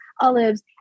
olives